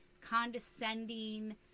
condescending